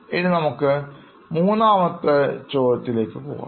ഇനി നമുക്ക് മൂന്നാമത്തെ ചോദ്യത്തിലേക്ക് പോകാം